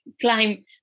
climb